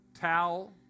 towel